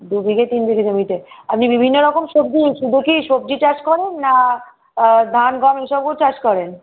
দু বিঘে তিন বিঘে জমিতে আপনি বিভিন্ন রকম সবজি শুধু কি সবজি চাষ করেন না ধান গম এসবও চাষ করেন